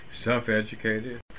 Self-educated